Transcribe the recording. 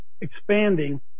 expanding